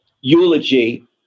eulogy